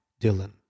Dylan